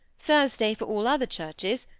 thursday for all other churches,